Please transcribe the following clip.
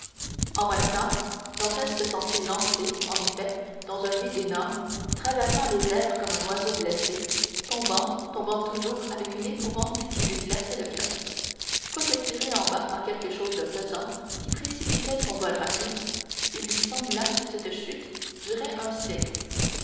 en même temps dantès se sentit lancé en effet dans un vide énorme traversant les airs comme un oiseau blessé tombant tombant toujours avec une épouvante qui lui glaçait le coeur quoique tiré en bas par quelque chose de pesant qui précipitait son vol rapide il lui sembla que cette chute durait un siècle